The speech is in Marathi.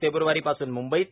फेब्रवारीपासून मंंंईत